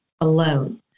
alone